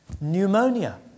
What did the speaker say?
pneumonia